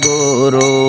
Guru